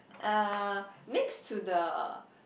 uh next to the